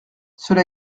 cela